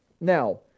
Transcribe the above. Now